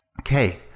Okay